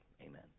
amen